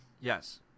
Yes